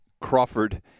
Crawford